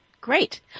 Great